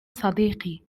صديقي